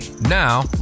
Now